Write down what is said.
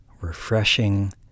refreshing